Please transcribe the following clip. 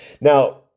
Now